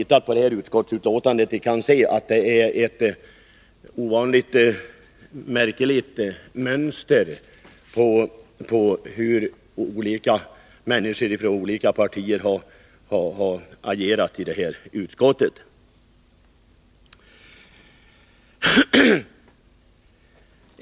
Alla som har studerat utskottsbetänkandet kan se att det utgör ett ovanligt märkligt mönster när det gäller hur olika personer ifrån olika partier har agerat.